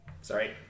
Sorry